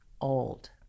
old